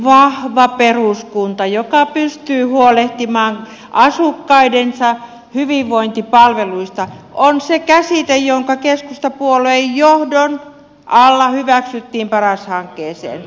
vahva peruskunta joka pystyy huolehtimaan asukkaidensa hyvinvointipalveluista on se käsite joka keskustapuolueen johdon alla hyväksyttiin paras hankkeeseen